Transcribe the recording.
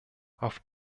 auf